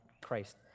Christ